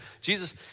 Jesus